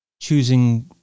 choosing